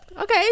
okay